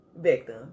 victim